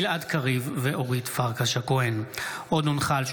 גלעד קריב ואורית פרקש הכהן בנושא: חשש